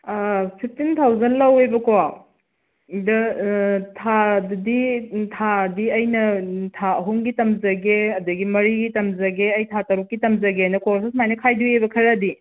fifteen thousand ꯂꯧꯑꯦꯕꯀꯣ ꯊꯥꯗꯗꯤ ꯊꯥꯗꯤ ꯑꯩꯅ ꯊꯥ ꯑꯍꯨꯝꯒꯤ ꯇꯝꯖꯒꯦ ꯑꯗꯨꯗꯒꯤ ꯃꯔꯤꯒꯤ ꯇꯝꯖꯒꯦ ꯑꯩ ꯊꯥ ꯇꯔꯨꯛꯀꯤ ꯇꯝꯖꯒꯦꯅ ꯀꯣꯔꯁꯇꯣ ꯁꯨꯃꯥꯏꯅ ꯈꯥꯏꯗꯣꯛꯏꯕ ꯈꯔꯗꯤ